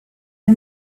are